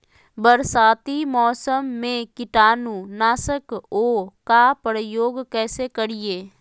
बरसाती मौसम में कीटाणु नाशक ओं का प्रयोग कैसे करिये?